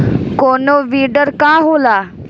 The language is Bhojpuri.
कोनो बिडर का होला?